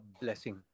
blessing